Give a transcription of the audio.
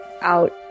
out